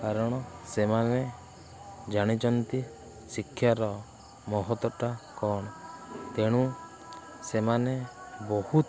କାରଣ ସେମାନେ ଜାଣିଛନ୍ତି ଶିକ୍ଷାର ମହତ୍ଟା କ'ଣ ତେଣୁ ସେମାନେ ବହୁତ